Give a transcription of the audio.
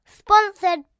sponsored